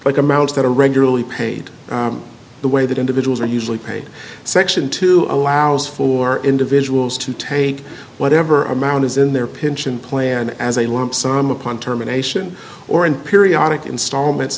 like amounts that are regularly paid the way that individuals are usually paid section two allows for individuals to take whatever amount is in their pension plan as a lump sum upon terminations or in periodic installments